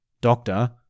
doctor